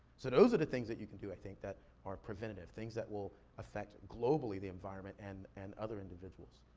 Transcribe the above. so those are the things that you can do, i think, that are preventative things that will affect, globally, the environment and and other individuals.